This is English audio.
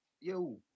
Yo